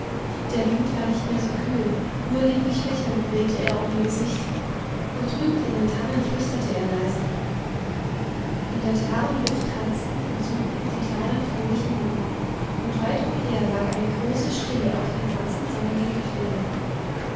der wind war nicht mehr so kühl nur lieblich fächelnd wehte er um ihr gesicht und drüben in den tannen flüsterte er leise in der klaren luft tanzten und summten die kleinen fröhlichen mücken und weit umher lag eine große stille auf dem ganzen sonnigen gefilde